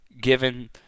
given